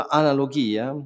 analogia